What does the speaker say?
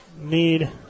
need